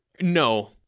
No